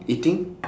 eating